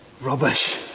rubbish